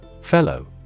Fellow